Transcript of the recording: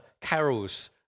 carols